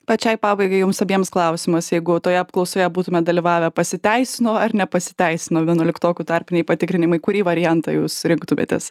pačiai pabaigai jums abiems klausimas jeigu toje apklausoje būtumėt dalyvavę pasiteisino ar nepasiteisino vienuoliktokų tarpiniai patikrinimai kurį variantą jūs rinktumėtės